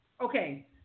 Okay